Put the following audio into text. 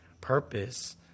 purpose